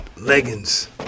Leggings